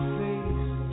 face